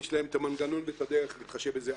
יש להם מנגנון ודרך להתחשב בזה.